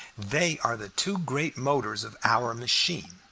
they are the two great motors of our machine.